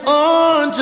on